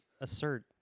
assert